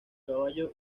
caballo